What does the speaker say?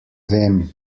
vem